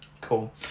cool